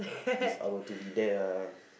if I were to be there ah